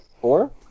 Four